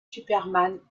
superman